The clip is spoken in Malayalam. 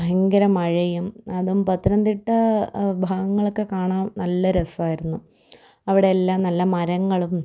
ഭയങ്കര മഴയും അതും പത്തനംതിട്ട ഭാഗങ്ങളൊക്കെ കാണാൻ നല്ല രസമായിരുന്നു അവിടെയെല്ലാം നല്ല മരങ്ങളും